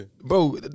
Bro